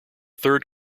third